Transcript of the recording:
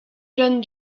jeunes